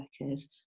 workers